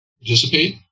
participate